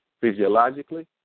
physiologically